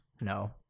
No